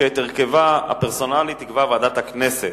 שאת הרכבה הפרסונלי תקבע ועדת הכנסת.